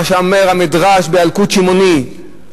מה שאומר המדרש בילקוט שמעוני,